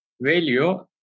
Value